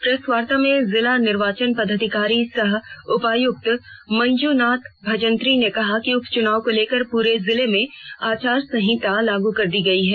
press वार्ता में जिला निर्वाचन पदाधिकारी सह उपायुक्त मंजूनाथ भजंत्री ने कहा कि उप चुनाव को लेकर पूरे जिले में आचार संहिता लागू कर दी गई है